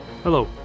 Hello